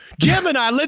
gemini